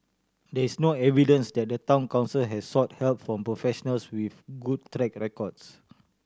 there is no evidence that the Town Council has sought help from professionals with good track records